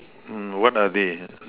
mm what are they